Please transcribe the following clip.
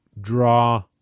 draw